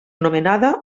nomenada